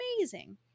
amazing